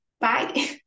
Bye